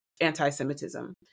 anti-Semitism